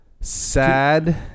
Sad